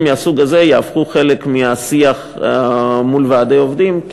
מהסוג הזה יהפכו חלק מהשיח מול ועדי עובדים,